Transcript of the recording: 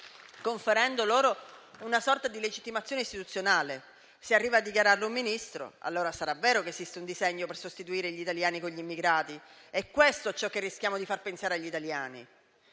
conferendo loro una sorta di legittimazione istituzionale. Se arriva a dichiararlo un Ministro, allora sarà vero che esiste un disegno per sostituire gli italiani con gli immigrati: è questo ciò che rischiamo di far pensare agli italiani.